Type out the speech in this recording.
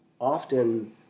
often